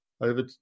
over